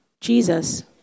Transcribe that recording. Jesus